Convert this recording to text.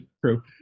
true